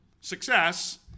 Success